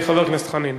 חבר הכנסת חנין.